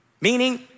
Meaning